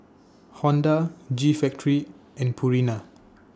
Honda G Factory and Purina